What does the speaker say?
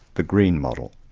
the green model.